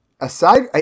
aside